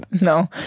No